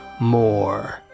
more